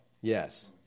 yes